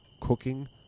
cooking